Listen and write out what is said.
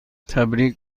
تبریک